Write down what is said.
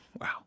Wow